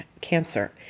Cancer